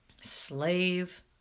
Slave